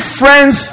friends